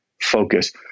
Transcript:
focus